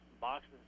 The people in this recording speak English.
boxes